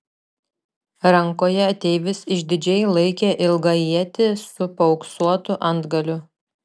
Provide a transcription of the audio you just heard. rankoje ateivis išdidžiai laikė ilgą ietį su paauksuotu antgaliu